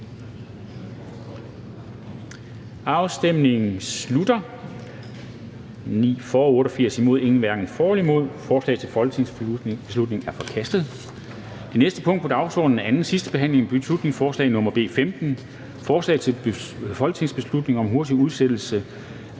Susanne Zimmer (UFG)), hverken for eller imod stemte 0. Forslaget til folketingsbeslutning er forkastet. --- Det næste punkt på dagsordenen er: 34) 2. (sidste) behandling af beslutningsforslag nr. B 15: Forslag til folketingsbeslutning om hurtigere udsættelse af